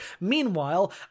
Meanwhile